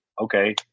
okay